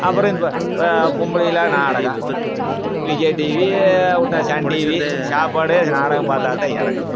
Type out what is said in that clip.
அப்புறோம் இந்த பொம்பளைங்கலாம் நாடகம் விஜய் டிவி விட்டா சன் டிவி சாப்பாடு நாடகம் பார்த்தாதான் இறங்குது